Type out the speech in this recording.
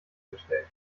gestellt